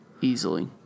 Easily